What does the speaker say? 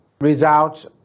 result